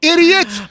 Idiot